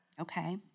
Okay